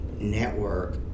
network